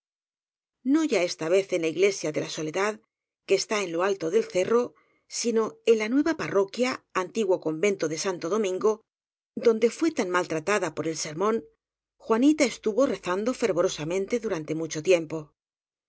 no ya esta vez en la iglesia de la soledad que está en lo alto del cerró sino en la nueva parro quia antiguo convento de santo domingo donde fué tan maltratada por el sermón juanita estuvo rezando fervorosamente durante mucho tiempo